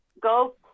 go